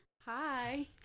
Hi